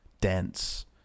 dense